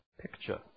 picture